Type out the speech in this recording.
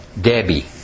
Debbie